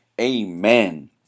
Amen